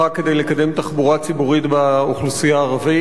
כדי לקדם תחבורה ציבורית לאוכלוסייה הערבית.